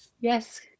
Yes